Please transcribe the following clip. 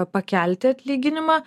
pakelti atlyginimą